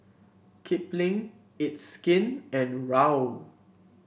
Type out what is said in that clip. Kipling It's Skin and Raoul